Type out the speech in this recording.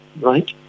Right